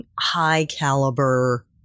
high-caliber